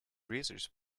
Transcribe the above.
razors